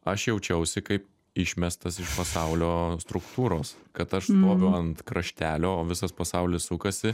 aš jaučiausi kaip išmestas iš pasaulio struktūros kad aš stoviu ant kraštelio o visas pasaulis sukasi